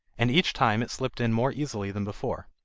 and each time it slipped in more easily than before.